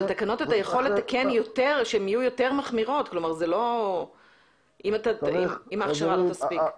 אבל תקנות אתה יכול לתקן שיהיו יותר מחמירות אם ההכשרה לא תספיק.